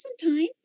sometime